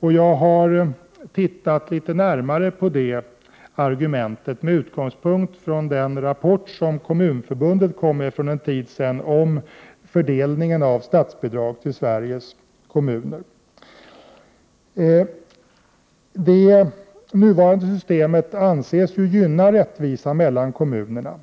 Jag har tittat litet närmare på detta argument med utgångspunkt i den rapport som Kommunförbundet avlämnade för en tid sedan om fördelningen = Prot. 1988/89:120 av statsbidrag till Sveriges kommuner. Det nuvarande systemet anses ju 24 maj 1989 gynna rättvisa mellan kommunerna.